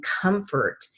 comfort